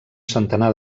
centenar